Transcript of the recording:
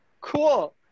cool